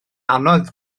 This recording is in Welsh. anodd